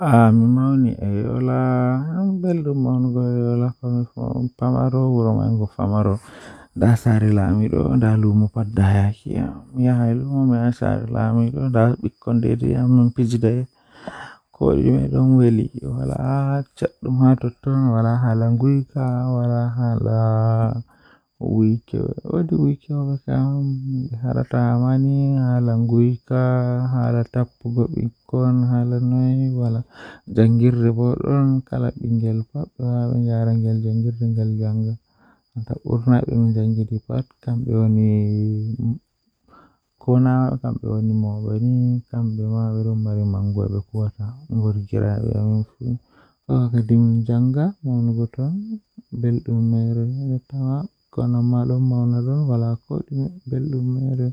Kuugal jei mi huwata hadow mai kannjum woni kuugal jei mi huwata jotta Miɗo waɗi ko project ngal ko Maasina Fulfulde, miɗo jooɗi e hoore ndee, sabu ko ndiyam saɗi e daɗɗo. Miɗo yeddi ɗum ngam ƴamde sabu o wayi mi aɗa fotndi tiiɗe kadi heɓude faama ngol. Ko waɗi faama sabu e hoore ngal miɗo naftu gollal